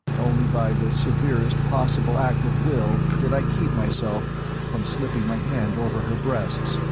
only by the severest possible act of will did i keep myself from slipping my hand over her breasts,